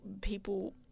people